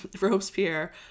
Robespierre